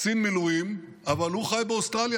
קצין מילואים, אבל הוא חי באוסטרליה,